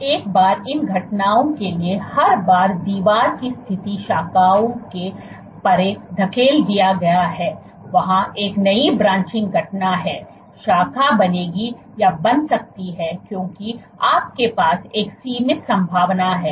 तो एक बार इन घटनाओं के लिए हर बार दीवार की स्थिति शाखाओं के परे धकेल दिया जाता है वहां एक नई ब्रांचिंग घटना है शाखा बनेगी या बन सकती है क्योंकि आपके पास एक सीमित संभावना है